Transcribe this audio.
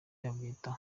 yabyita